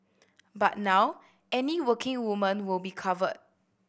but now any working woman will be covered